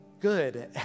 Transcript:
good